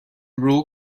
rule